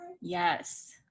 Yes